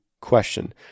question